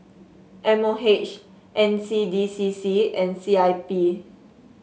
M O H N C D C C and C I P